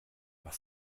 was